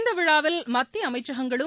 இந்த விழாவில் மத்திய அமைச்சகங்களும்